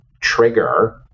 trigger